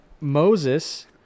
Moses